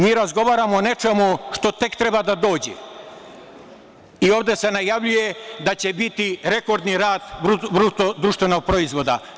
Mi razgovaramo o nečemu što tek treba da dođe i ovde se najavljuje da će biti rekordni rast BDP.